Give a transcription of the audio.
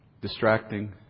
distracting